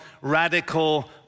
radical